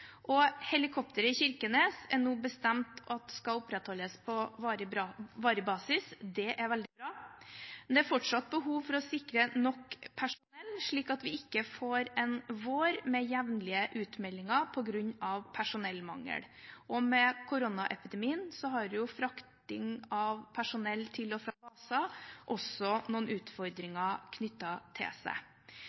Helikopteret i Kirkenes er det nå bestemt at skal opprettholdes på varig basis. Det er veldig bra, men det er fortsatt behov for å sikre nok personell, slik at vi ikke får en vår med jevnlige utmeldinger på grunn av personellmangel. Med koronaepidemien har frakting av personell til og fra baser også noen utfordringer ved seg.